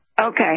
Okay